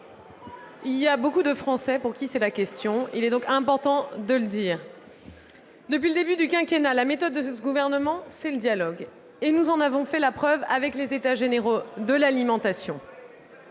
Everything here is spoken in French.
Il y a beaucoup de Français pour qui c'est la question, il est donc important de le dire ! Depuis le début du quinquennat, la méthode de ce gouvernement c'est le dialogue ; nous en avons d'ailleurs fait la preuve avec les états généraux de l'alimentation.